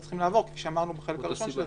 כפי שאמרנו בחלק הראשון של הדיון,